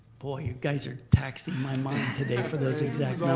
boy, you guys are taxing my mind today for those exact